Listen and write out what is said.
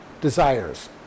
desires